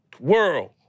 World